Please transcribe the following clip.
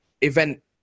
event